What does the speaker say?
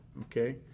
Okay